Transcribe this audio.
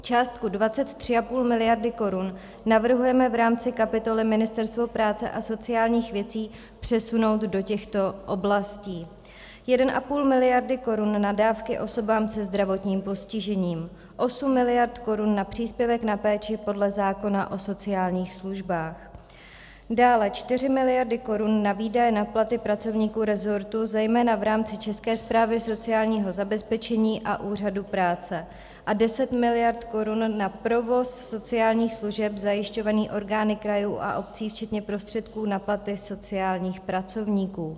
Částku 23,5 mld. korun navrhujeme v rámci kapitoly Ministerstvo práce a sociálních věcí přesunout do těchto oblastí: 1,5 mld. korun na dávky osobám se zdravotním postižením, 8 mld. korun na příspěvek na péči podle zákona o sociálních službách, dále 4 mld. korun na výdaje na platy pracovníků rezortu, zejména v rámci České správy sociálního zabezpečení a Úřadu práce, a 10 mld. korun na provoz sociálních služeb zajišťovaný orgány krajů a obcí včetně prostředků na platy sociálních pracovníků.